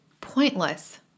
pointless